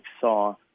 saw